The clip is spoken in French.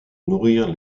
nourrir